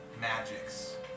magics